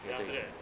then after that